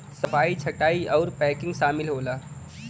सफाई छंटाई आउर पैकिंग सामिल होला